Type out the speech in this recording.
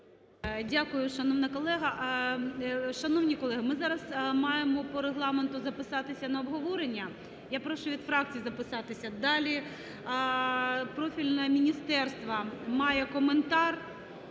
Дякую, шановна колего. Шановні колеги, ми зараз маємо по Регламенту записатися на обговорення. Я прошу від фракцій записатися. Далі: профільне міністерство має коментар